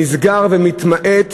נסגר ומתמעט.